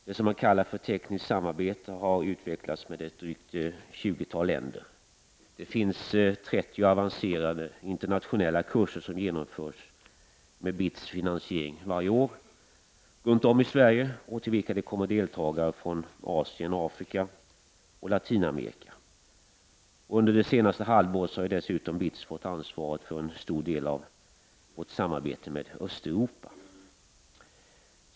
Det som man kallar tekniskt samarbete har utvecklats med ett drygt tjugotal länder. Det finns 30 avancerade internationella kurser som genomförs med BITS finansiering varje år runt om i Sverige och till vilka det kommer deltagare från Asien, Afrika och Latinamerika. Under det senaste halvåret har dessutom BITS fått ansvaret för en stor del av vårt samarbete med Östeuropa.